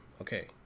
okay